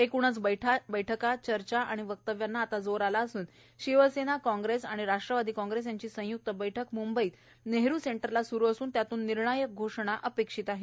एकूणच बैठका चर्चा आणि वक्तव्यांना जोर आला असून शिवसेना कांग्रेस आणि राष्ट्रवादी कांग्रेस यांची संय्क्त बैठक मुंबईत नेहरू सेंटरला सुरू असून त्यातून निर्णायक घोषणा अपेक्षित आहे